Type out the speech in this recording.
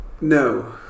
No